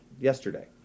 yesterday